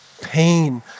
Pain